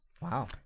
Wow